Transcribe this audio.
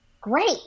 great